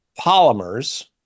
polymers